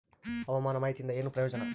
ಹವಾಮಾನ ಮಾಹಿತಿಯಿಂದ ಏನು ಪ್ರಯೋಜನ?